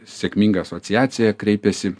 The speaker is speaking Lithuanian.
sėkmingą asociaciją kreipiasi